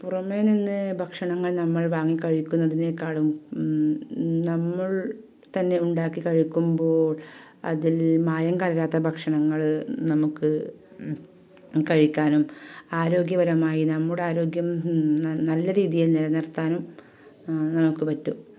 പുറമെ നിന്ന് ഭക്ഷണങ്ങൾ നമ്മൾ വാങ്ങിക്കുന്നതിനേക്കാളും നമ്മൾ തന്നെ ഉണ്ടാക്കി കഴിക്കുമ്പോൾ അതിൽ മായം കലരാത്ത ഭക്ഷണങ്ങൾ നമുക്ക് കഴിക്കാനും ആരോഗ്യപരമായി നമ്മുടെ ആരോഗ്യം നല്ല രീതിയിൽ നിലനിർത്താനും നമുക്ക് പറ്റും